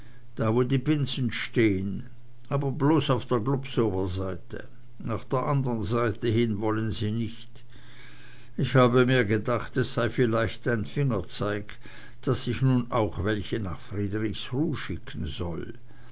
da wo die binsen stehn aber bloß auf der globsower seite nach der andern seite hin wollen sie nicht ich habe mir gedacht es sei vielleicht ein fingerzeig daß ich nun auch welche nach friedrichsruh schicken soll